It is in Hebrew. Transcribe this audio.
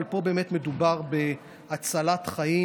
אבל פה באמת מדובר בהצלת חיים,